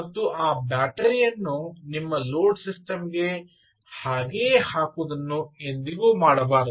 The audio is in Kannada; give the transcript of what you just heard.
ಮತ್ತು ಆ ಬ್ಯಾಟರಿಯನ್ನು ನಿಮ್ಮ ಲೋಡ್ ಸಿಸ್ಟಮ್ ಗೆ ಹಾಗೆಯೇ ಹಾಕುವುದನ್ನು ಎಂದಿಗೂ ಮಾಡಬಾರದು